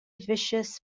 viscous